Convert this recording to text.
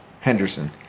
Henderson